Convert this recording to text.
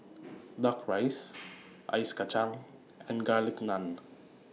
Duck Rice Ice Kachang and Garlic Naan